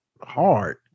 hard